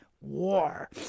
war